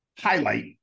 highlight